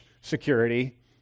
security